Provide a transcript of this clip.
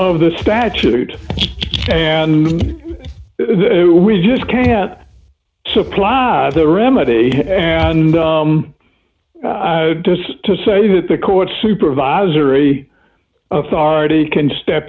of the statute and we just can't supply the remedy and i notice to say that the court supervisory authority can step